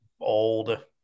old